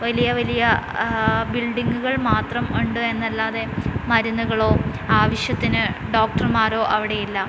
വലിയ വലിയ ബിൽഡിങ്ങുകൾ മാത്രം ഉണ്ട് എന്നല്ലാതെ മരുന്നുകളോ ആവശ്യത്തിന് ഡോക്ടർമാരോ അവിടെ ഇല്ല